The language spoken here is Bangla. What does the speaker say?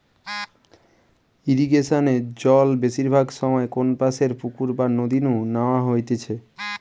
ইরিগেশনে জল বেশিরভাগ সময় কোনপাশের পুকুর বা নদী নু ন্যাওয়া হইতেছে